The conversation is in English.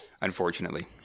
unfortunately